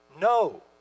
No